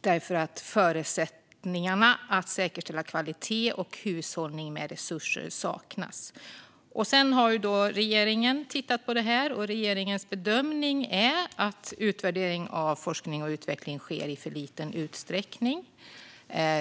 därför att förutsättningarna för att säkerställa kvalitet och hushållning med resurser saknas. Sedan har regeringen tittat på det här, och regeringens bedömning är att utvärdering av forskning och utveckling sker i för liten utsträckning.